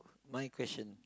my question